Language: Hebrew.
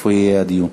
איפה יהיה הדיון.